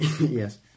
Yes